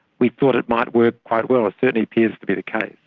we thought it might work quite well. it certainly appears to be the case.